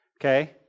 okay